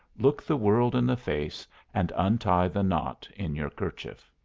look the world in the face and untie the knot in your kerchief.